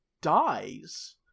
dies